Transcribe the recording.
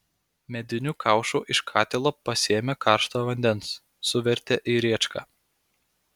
mediniu kaušu iš katilo pasėmė karšto vandens suvertė į rėčką